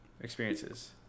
Experiences